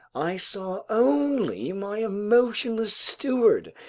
i saw only my emotionless steward,